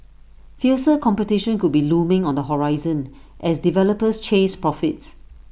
fiercer competition could be looming on the horizon as developers chase profits